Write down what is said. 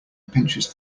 pinches